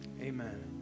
amen